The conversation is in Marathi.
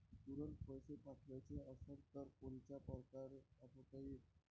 तुरंत पैसे पाठवाचे असन तर कोनच्या परकारे पाठोता येईन?